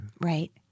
Right